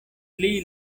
pli